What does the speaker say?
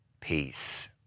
peace